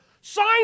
sign